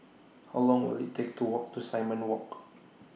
How Long Will IT Take to Walk to Simon Walk